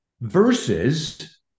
versus